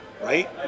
Right